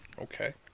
okay